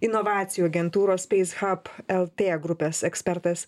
inovacijų agentūros space hub lt grupės ekspertas